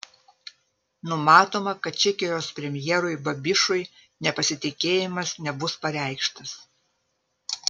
numatoma kad čekijos premjerui babišui nepasitikėjimas nebus pareikštas